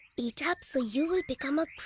eat up so you will become a